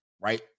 right